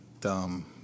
dumb